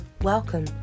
Welcome